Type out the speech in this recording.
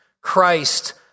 Christ